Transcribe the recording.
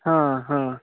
हाँ हाँ